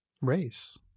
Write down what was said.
race